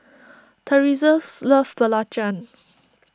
Teressa's loves Belacan